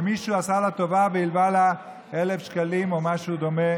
ומישהו עשה לה טובה והלווה לה 1,000 שקלים או משהו דומה